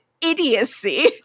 idiocy